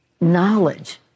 knowledge